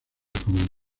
como